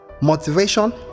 Motivation